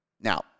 Now